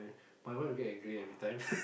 my wife will get angry everytime